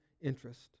interest